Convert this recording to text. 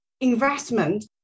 investment